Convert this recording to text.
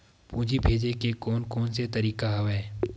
पूंजी भेजे के कोन कोन से तरीका हवय?